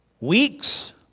weeks